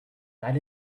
that